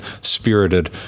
spirited